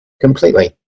completely